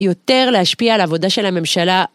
יותר להשפיע על העבודה של הממשלה